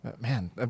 Man